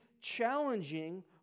challenging